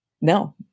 no